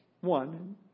One